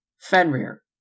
Fenrir